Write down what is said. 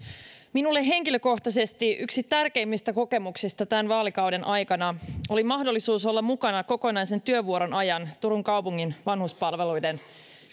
minulle henkilökohtaisesti yksi tärkeimmistä kokemuksista tämän vaalikauden aikana oli mahdollisuus olla mukana kokonaisen työvuoron ajan turun kaupungin vanhuspalveluiden